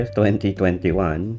2021